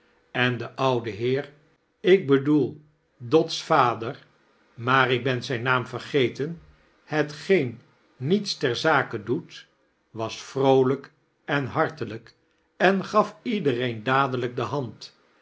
en de oude he'ec ik hedoel dot's vader maar ik ben zijn naam vergeten hetgeen niefcs ter zak doet was vroolijk en hartelijk en gaf iedereen dadeilijk de hand